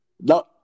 No